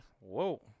whoa